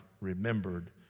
remembered